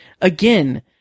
again